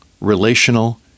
relational